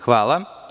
Hvala.